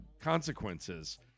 consequences